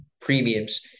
premiums